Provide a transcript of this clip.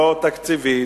לא תקציבית